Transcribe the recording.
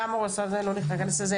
למה הוא עשה - זה, לא ניכנס לזה.